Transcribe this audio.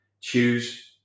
choose